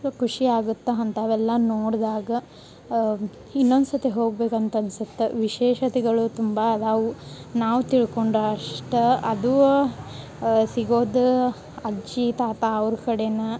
ಖುಷಿ ಆಗತ್ತೆ ಅಂಥವೆಲ್ಲ ನೋಡ್ದಾಗ ಇನ್ನೊಂದು ಸತೆ ಹೋಗ್ಬೇಕಂತ ಅನ್ಸತ್ತೆ ವಿಶೇಷತೆಗಳು ತುಂಬಾ ಅದಾವು ನಾವು ತಿಳ್ಕೊಂಡಷ್ಟು ಅದು ಸಿಗೋದು ಅಜ್ಜಿ ತಾತ ಅವ್ರ ಕಡೇನ